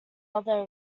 other